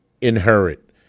inherit